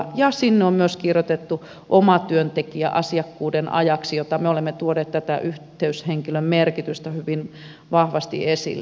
ja sinne on myös kirjoitettu oma työntekijä asiakkuuden ajaksi ja tätä yhteishenkilön merkitystä me olemme tuoneet hyvin vahvasti esille